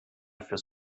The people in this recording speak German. fürs